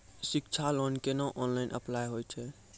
शिक्षा लोन केना online apply होय छै?